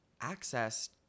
access